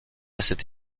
cette